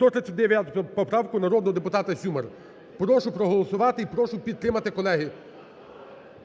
139 поправку народного депутата Сюмар. Прошу проголосувати і прошу підтримати, колеги.